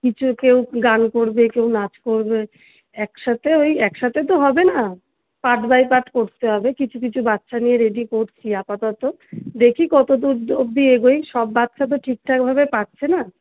কিছু কেউ গান করবে কেউ নাচ করবে একসাথে ওই একসাথে তো হবে না পার্ট বাই পার্ট করতে হবে কিছু কিছু বাচ্চা নিয়ে রেডি করছি আপাতত দেখি কতদূর অবধি এগোই সব বাচ্চা তো ঠিকঠাকভাবে পারছে না